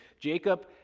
Jacob